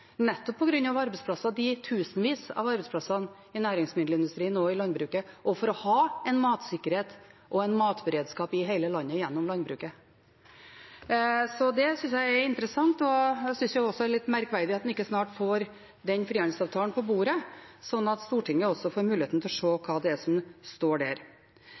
nettopp på grunn av de tusenvis av arbeidsplassene i næringsmiddelindustrien og landbruket, og for å ha en matsikkerhet og matberedskap i hele landet gjennom landbruket. Så det synes jeg er interessant. Jeg synes det også er litt merkverdig at en ikke snart får frihandelsavtalen på bordet, sånn at Stortinget får muligheten til å se hva som står der.